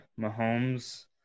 Mahomes